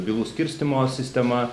bylų skirstymo sistema